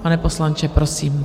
Pane poslanče, prosím.